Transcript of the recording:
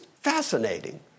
fascinating